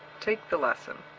take the lesson.